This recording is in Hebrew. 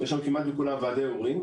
יש כבר כמעט לכולם ועדי הורים,